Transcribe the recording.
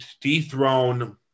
dethrone